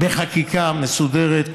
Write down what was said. בחקיקה מסודרת.